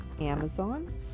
Amazon